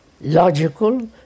logical